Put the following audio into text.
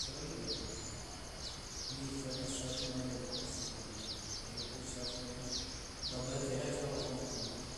Wakule ni fanya safi maiyo ukasinga maiyo ukaduah ushafua ho mabaki ya chao yakafua fo tumbuni.